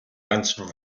ganzen